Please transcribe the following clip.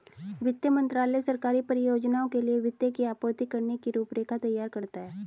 वित्त मंत्रालय सरकारी परियोजनाओं के लिए वित्त की आपूर्ति करने की रूपरेखा तैयार करता है